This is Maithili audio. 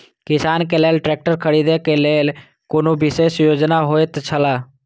किसान के लेल ट्रैक्टर खरीदे के लेल कुनु विशेष योजना होयत छला?